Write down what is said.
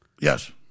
Yes